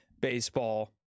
baseball